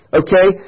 okay